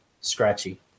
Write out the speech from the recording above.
scratchy